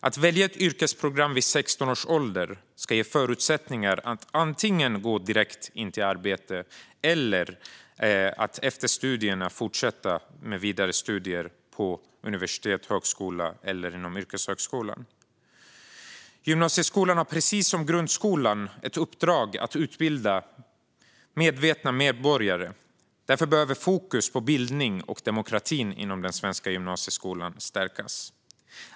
Att välja ett yrkesprogram vid 16 års ålder ska ge förutsättningar att antingen gå direkt in i arbete efter studierna eller att studera vidare på universitet, högskola eller yrkeshögskola. Gymnasieskolan har precis som grundskolan ett uppdrag att utbilda medvetna medborgare. Därför behöver fokus på bildning och demokrati inom den svenska gymnasieskolan stärkas.